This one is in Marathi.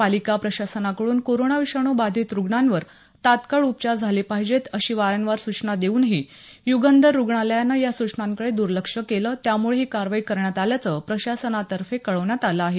पालिका प्रशासनाकडून कोरोनाविषाणू बाधित रुग्णांवर तात्काळ उपचार झाले पाहिजे अशी वारंवार सूचना देऊनही यूगंधर रुग्णालयानं या सूचनांकडे द्र्लक्ष केलं त्यामुळे ही कारवाई करण्यात आल्याचं प्रशासनातर्फे कळवण्यात आलं आहे